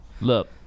Look